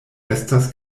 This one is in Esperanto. estas